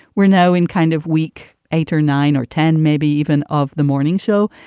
we're now in kind of week eight or nine or ten, maybe even of the morning show.